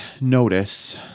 notice